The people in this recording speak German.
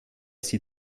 sie